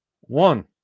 one